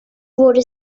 wurde